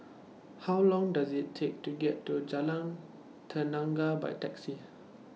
How Long Does IT Take to get to Jalan Tenaga By Taxi